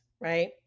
right